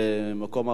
זה ערך עליון.